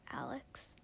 Alex